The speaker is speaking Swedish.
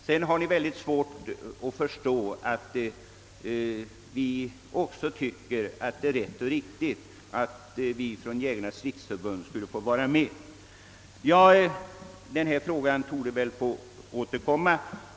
Vidare har ni väldigt svårt att förstå att vi tycker att det är rätt och riktigt att vi från Jägarnas riksförbund också skulle få vara med. Denna fråga torde väl återkomma.